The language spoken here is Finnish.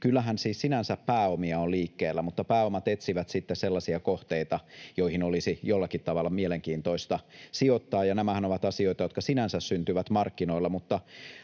kyllä siis sinänsä pääomia on liikkeellä, mutta pääomat etsivät sitten sellaisia kohteita, joihin olisi jollakin tavalla mielenkiintoista sijoittaa. Nämähän ovat asioita, jotka sinänsä syntyvät markkinoilla, mutta